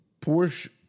Porsche